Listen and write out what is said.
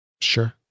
sure